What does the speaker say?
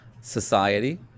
Society